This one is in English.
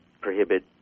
prohibit